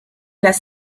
las